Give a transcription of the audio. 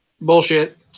Bullshit